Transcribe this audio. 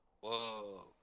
Whoa